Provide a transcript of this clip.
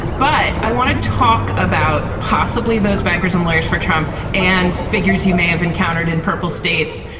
but i want to talk about possibly those bankers and lawyers for trump and figures who may have encountered in purple states.